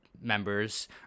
members